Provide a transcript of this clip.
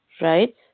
right